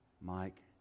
Mike